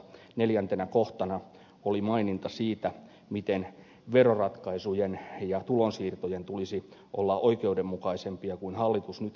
neljäntenä kohtana oli maininta siitä miten veroratkaisujen ja tulonsiirtojen tulisi olla oikeudenmukaisempia kuin hallitus nyt esittää